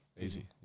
Easy